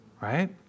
Right